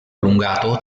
allungato